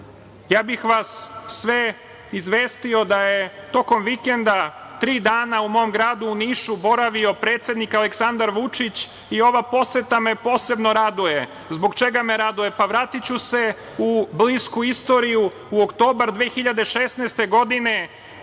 bih vas sve izvestio da je tokom vikenda, tri dana u mom gradu, u Nišu, boravio predsednik Aleksandar Vučić, i ova poseta me posebno raduje. Zbog čega me raduje? Pa, vratiću se u blisku istoriju, u oktobar 2016. godine,